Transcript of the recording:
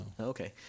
Okay